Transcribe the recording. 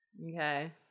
Okay